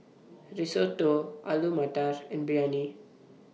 Risotto Alu Matar and Biryani